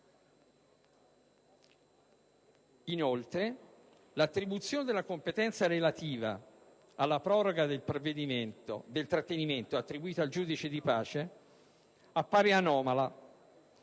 Inoltre, la attribuzione della competenza relativa alla proroga del trattenimento attribuita al giudice di pace è anomala